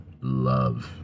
Love